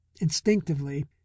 instinctively